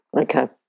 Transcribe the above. Okay